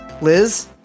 Liz